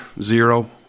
zero